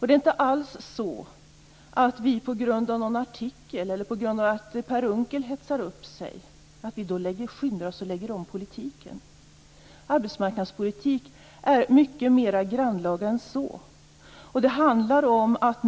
Det är inte alls så att vi på grund av någon artikel eller på grund av att Per Unckel hetsar upp sig skyndar oss och lägger om politiken. Arbetsmarknadspolitik är mycket mera grannlaga än så.